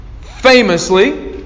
famously